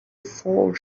four